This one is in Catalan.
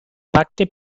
pacte